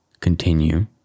continue